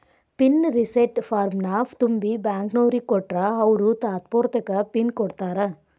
pin reset ಫಾರ್ಮ್ನ ತುಂಬಿ ಬ್ಯಾಂಕ್ನೋರಿಗ್ ಕೊಟ್ರ ಅವ್ರು ತಾತ್ಪೂರ್ತೆಕ ಪಿನ್ ಕೊಡ್ತಾರಾ